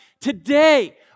today